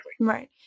Right